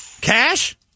Cash